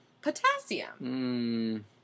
Potassium